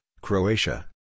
Croatia